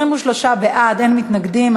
23 בעד, אין מתנגדים.